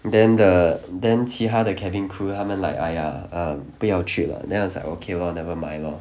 then the then 其他的 cabin crew 他们 like !aiya! err 不要去 lah then I was like okay lor never mind lor